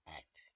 act